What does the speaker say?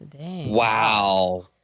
Wow